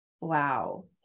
Wow